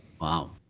Wow